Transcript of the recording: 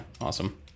Awesome